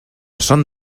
són